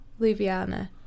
Ljubljana